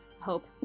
hope